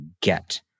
get